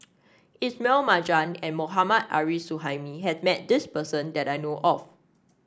Ismail Marjan and Mohammad Arif Suhaimi has met this person that I know of